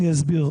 אני אסביר.